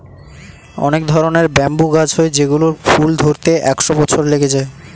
অনেক ধরনের ব্যাম্বু গাছ হয় যেগুলোর ফুল ধরতে একশো বছর লেগে যায়